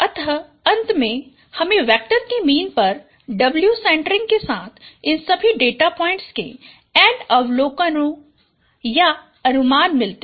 अतः अंत में हमें वेक्टर के मीन पर W सेंटरिंग के साथ इन सभी डेटा पॉइंट्स के N अवलोकन या अनुमान मिलते हैं